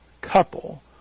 couple